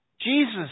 Jesus